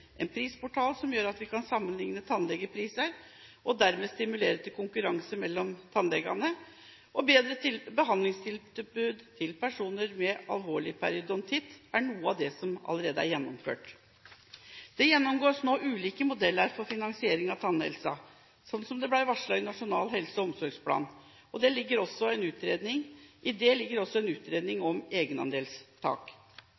en prisportal som gjør at vi kan sammenligne tannlegepriser og dermed stimulere til konkurranse mellom tannlegene, og bedre behandlingstilbud til personer med alvorlig periodontitt, er noe av det som allerede er gjennomført. Det gjennomgås nå ulike modeller for finansieringen av tannhelsen, slik det ble varslet i Nasjonal helse- og omsorgsplan, og i det ligger også en utredning